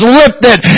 lifted